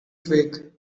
twig